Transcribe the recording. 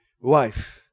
wife